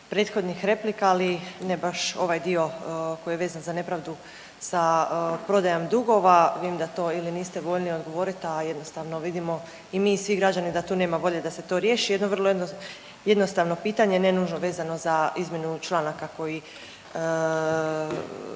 prethodnih replika, ali ne baš ovaj dio koji je vezan za nepravdu sa prodajom dugova, vidim da to ili niste voljni odgovoriti, a jednostavno vidimo i mi svi građani da tu nema volje da se to riješi. Jedno vrlo jednostavno pitanje, ne nužno vezano za izmjenu članaka koji